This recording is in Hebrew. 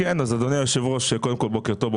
אדוני היושב ראש, קודם כל בוקר טוב.